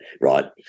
right